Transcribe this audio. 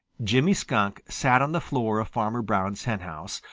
jimmy skunk sat on the floor of farmer brown's henhouse,